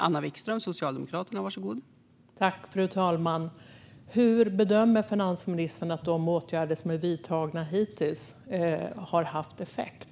Fru talman! Vilken effekt bedömer finansministern att de åtgärder som vidtagits hittills har haft?